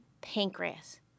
pancreas